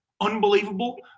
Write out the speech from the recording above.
unbelievable